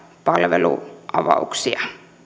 palveluavauksia